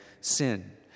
sin